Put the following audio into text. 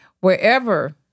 wherever